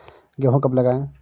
गेहूँ कब लगाएँ?